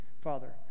Father